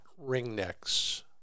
ringnecks